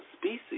species